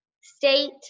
state